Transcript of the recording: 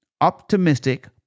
optimistic